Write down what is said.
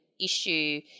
issue